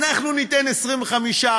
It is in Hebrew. אנחנו ניתן 25%,